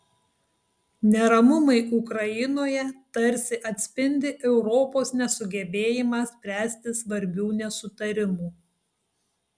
neramumai ukrainoje tarsi atspindi europos nesugebėjimą spręsti svarbių nesutarimų